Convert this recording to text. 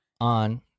on